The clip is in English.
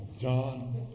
John